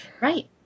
Right